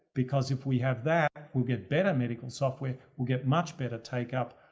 because, if we have that we'll get better medical software, we'll get much better take up,